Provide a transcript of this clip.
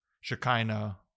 Shekinah